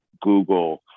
Google